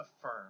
affirm